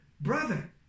brother